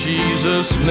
Jesus